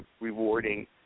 rewarding